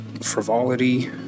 frivolity